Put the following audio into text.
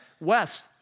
west